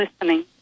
listening